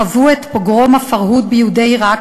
חוו את פוגרום ה"פרהוד" ביהודי עיראק